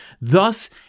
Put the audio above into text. Thus